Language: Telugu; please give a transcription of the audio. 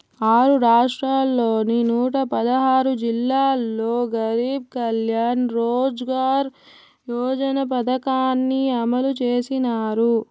ఆరు రాష్ట్రాల్లోని నూట పదహారు జిల్లాల్లో గరీబ్ కళ్యాణ్ రోజ్గార్ యోజన పథకాన్ని అమలు చేసినారు